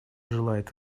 желает